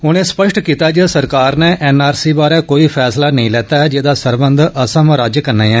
उनें स्पष्ट कीता ऐ जे सरकार नै एन आर सी बारै कोई फैसला नेई लैता ऐ जेह्दा सरबंघ असम राज्य कन्नै ऐ